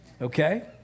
Okay